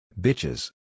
Bitches